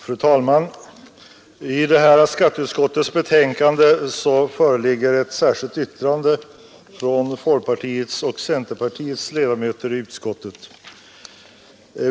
Fru talman! I skatteutskottets betänkande föreligger ett särskilt yttrande från folkpartiets och centerpartiets ledamöter i utskottet.